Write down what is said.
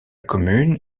commune